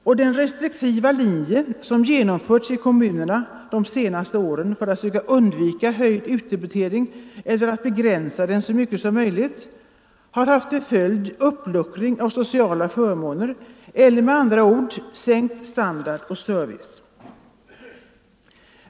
Och den restriktiva linje som genomförts i kommunerna de senaste åren för att söka undvika höjd utdebitering eller att begränsa den så mycket som möjligt har haft till följd uppluckring av sociala förmåner eller med andra ord sänkt standard och service.